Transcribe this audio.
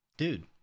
Dude